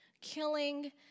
killing